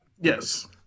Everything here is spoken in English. yes